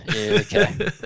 okay